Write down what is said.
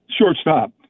Shortstop